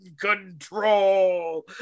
control